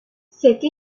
cette